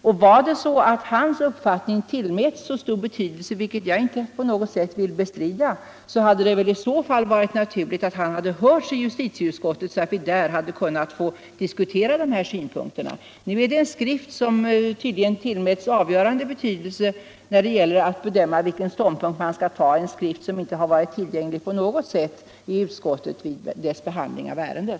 Och var det så att hans uppfattning tillmäts så stor betydelse — vilket jag inte på något sätt vill bestrida — så hade det väl varit naturligt att han hade hörts i justitieutskottet så att vi där hade kunnat få diskutera dessa synpunkter. Nu är det en skrift som tydligen tillmäts avgörande betydelse när det gäller att bedöma vilken ståndpunkt man skall ta — en skrift som inte har varit tillgänglig i utskottet vid dess behandling av ärendet.